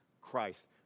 Christ